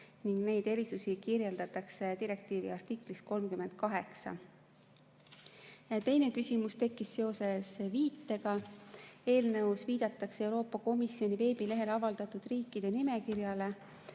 ning neid erisusi kirjeldatakse direktiivi artiklis 38.Teine küsimus tekkis seoses viitega. Eelnõus viidatakse Euroopa Komisjoni veebilehel avaldatud riikide nimekirjale.